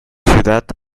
ciudad